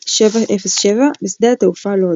707 בשדה התעופה לוד.